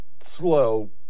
slow